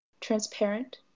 transparent